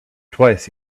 twice